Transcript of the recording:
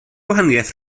gwahaniaeth